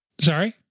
Sorry